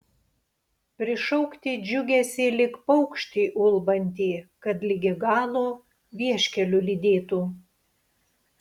prišaukti džiugesį lyg paukštį ulbantį kad ligi galo vieškeliu lydėtų